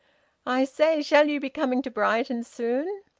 i say shall you be coming to brighton soon?